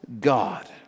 God